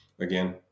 again